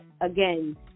again